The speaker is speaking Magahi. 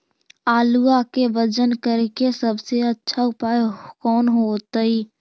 आलुआ के वजन करेके सबसे अच्छा उपाय कौन होतई?